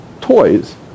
toys